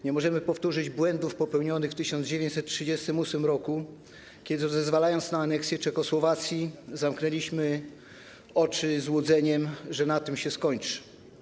Nie możemy powtórzyć błędów popełnionych w 1938 r., kiedy to zezwalając na aneksję Czechosłowacji, zamknęliśmy oczy złudzeniem, że na tym się skończy.